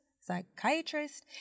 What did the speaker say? psychiatrist